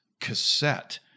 cassette